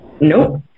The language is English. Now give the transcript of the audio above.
Nope